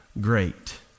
great